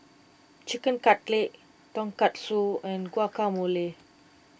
Chicken Cutlet Tonkatsu and Guacamole